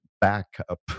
backup